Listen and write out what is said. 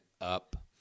up